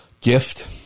gift